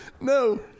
No